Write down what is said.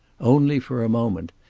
only for a moment.